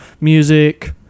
music